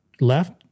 left